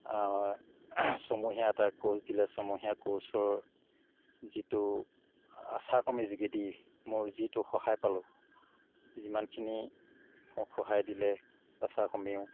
ছয়মহীয়া এটা ক'ৰ্ছ দিলে ছয়মহীয়া ক'ৰ্ছৰ যিটো আশা কৰ্মীৰ যোগেদি মোৰ যিটো সহায় পালো যিমানখিনি মোক সহায় দিলে আশা কৰ্মীয়েও